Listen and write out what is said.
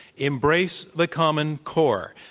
embrace the common core.